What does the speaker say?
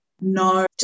no